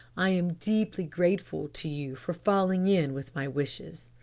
i am deeply grateful to you for falling in with my wishes.